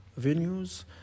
venues